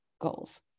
goals